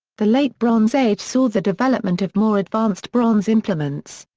the late bronze age saw the development of more advanced bronze implements.